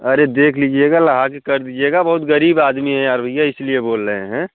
अरे देख लीजिएगा लहा के कर दीजिएगा बहुत गरीब आदमी हैं यार भैया इसलिए बोल रहे हैं